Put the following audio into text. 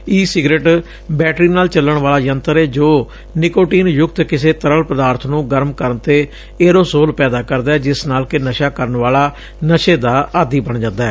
ਈ cigarette battery ਨਾਲ ਚਲਣ ਵਾਲਾ ਯੰਤਰ ਏ ਜੋ ਨਿਕੋਟੀਨ ਯੁਕਤ ਕਿਸੇ ਤਰਲ ਪਦਾਰਥ ਨੂੰ ਗਰਮ ਕਰਨ ਤੇ ਏਅਰੋਸੋਲ ਪੈਦਾ ਕਰਦੈ ਜਿਸ ਨਾਲ ਕਿ ਨਸ਼ਾ ਕਰਨ ਵਾਲਾ ਨਸ਼ੇ ਦਾ ਆਦੀ ਬਣ ਜਾਂਦੈ